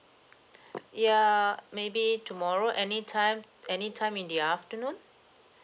ya maybe tomorrow any time any time in the afternoon